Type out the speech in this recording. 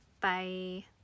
Bye